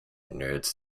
nerds